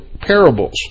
parables